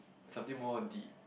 something more deep